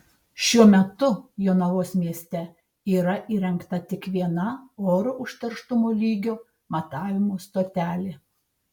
šiuo metu jonavos mieste yra įrengta tik viena oro užterštumo lygio matavimo stotelė